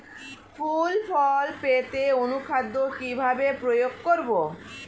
ফুল ফল পেতে অনুখাদ্য কিভাবে প্রয়োগ করব?